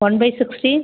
one by sixty